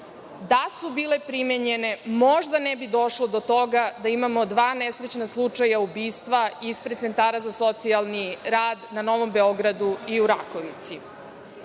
da su bile primenjene možda ne bi došlo do toga da imamo dva nesrećna slučaja ubistva ispred centara za socijalni rad na Novom Beogradu i u Rakovici. Hteli